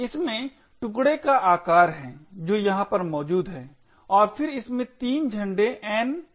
इसमें टुकडे का आकार है जो यहाँ पर मौजूद है और फिर इसमें 3 झंडे N M और P झंडे हैं